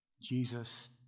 Jesus